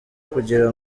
kugira